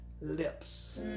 lips